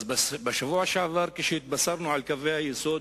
אז בשבוע שעבר, כשהתבשרנו על קווי היסוד